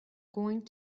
going